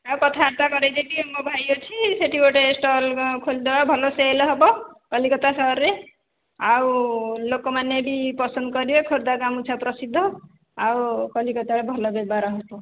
ଆଉ କଥାବାର୍ତ୍ତା କରେଇଦେବି ମୋ ଭାଇ ଅଛି ସେଇଠି ଗୋଟିଏ ଷ୍ଟଲ ଖୋଲିଦେବା ଭଲ ସେଲ୍ ହେବ କଲିକତା ସହରରେ ଆଉ ଲୋକମାନେ ବି ପସନ୍ଦ କରିବେ ଖୋର୍ଦ୍ଧା ଗାମୁଛା ପ୍ରସିଦ୍ଧ ଆଉ କଲିକତାରେ ଭଲ ବେପାର ହେବ